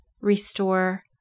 restore